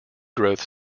growth